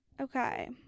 okay